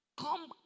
Come